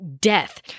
death